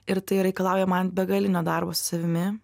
ir tai reikalauja man begalinio darbo su savimi